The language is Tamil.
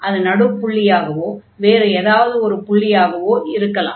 அது நடுப்புள்ளியாகவோ வேறு எதாவது ஒரு புள்ளியாகவோ இருக்கலாம்